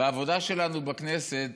בעבודה שלנו בכנסת,